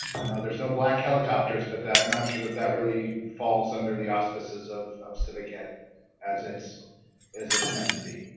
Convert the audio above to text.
and ah there's no black helicopters but i'm not sure that that really falls under the auspices of of civic yet as its as it's meant to be